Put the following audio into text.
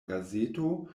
gazeto